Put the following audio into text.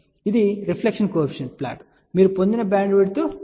కాబట్టి ఇది reflection coefficient plot మీరు పొందిన బ్యాండ్విడ్త్ 1